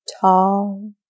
tall